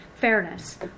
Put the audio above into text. fairness